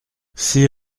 six